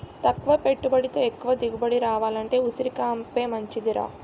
తక్కువ పెట్టుబడితో ఎక్కువ దిగుబడి రావాలంటే ఉసిరికాపే మంచిదిరా